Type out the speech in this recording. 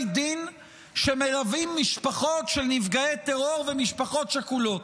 דין שמלווים משפחות של נפגעי טרור ומשפחות שכולות.